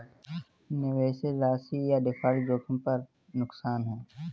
निवेशित राशि या डिफ़ॉल्ट जोखिम पर नुकसान है